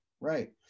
right